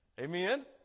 amen